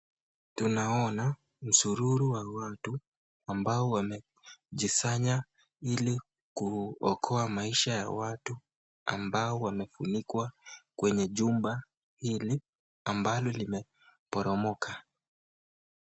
Tunaona misururu wa watu ambao wamejisanya ili kuokoa maisha ya watu ambao wamefunikuwa kwenye jumba hili ambalo limeporomoka.